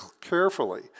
carefully